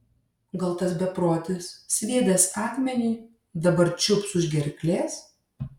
gal tas beprotis sviedęs akmenį dabar čiups už gerklės